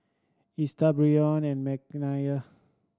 Esta Brion and Mckenzie